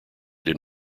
did